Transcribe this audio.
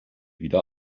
wieder